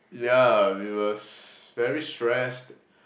yeah we was very stressed